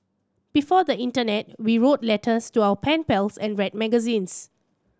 before the internet we wrote letters to our pen pals and read magazines